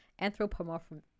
Anthropomorphism